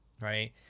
right